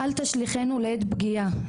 אל תשליכנו לעת פגיעה,